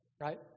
right